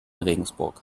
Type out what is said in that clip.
regensburg